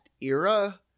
era